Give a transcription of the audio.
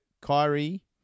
Kyrie